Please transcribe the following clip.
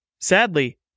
Sadly